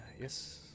Yes